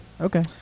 Okay